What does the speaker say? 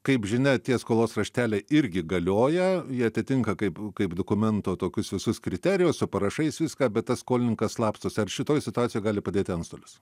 kaip žinia tie skolos rašteliai irgi galioja jie atitinka kaip kaip dokumento tokius visus kriterijus su parašais viską bet tas skolininkas slapstosi ar šitoj situacijoj gali padėti antstolis